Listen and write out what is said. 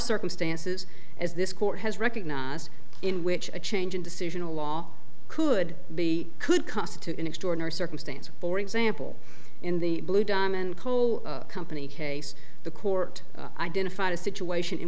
circumstances as this court has recognized in which a change in decision a law could be could constitute an extraordinary circumstance for example in the blue diamond coal company case the court identified a situation in